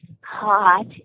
hot